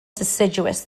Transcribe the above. deciduous